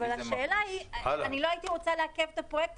אבל השאלה היא --- אני לא הייתי רוצה לעכב את הפרויקט